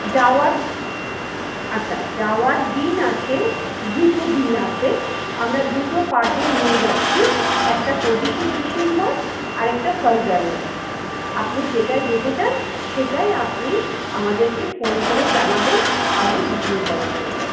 যাওয়ার আচ্ছা যাওয়ার দিন আছে দুটো দিন আছে আমরা দুটো পার্টে নিয়ে যাচ্ছি একটা পঁচিশে ডিসেম্বর আর একটা ফার্স্ট জানুয়ারি আপনি যেটায় যেতে চান সেটায় আপনি আমাদেরকে ফোন করে জানাবেন আগে বুকিং করার জন্য